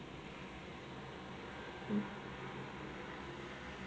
mm